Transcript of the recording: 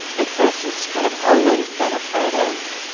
and so it's just kind of always been a part of